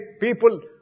people